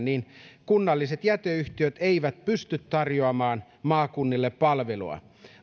niin kunnalliset jäteyhtiöt eivät pysty tarjoamaan maakunnille palvelua